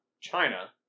China